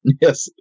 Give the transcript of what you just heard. Yes